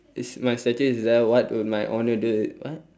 is my statue is there what would my honour do what